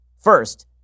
first